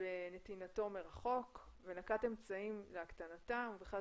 בנתינתו מרחוק ונקט אמצעים להקטנתם ואחרי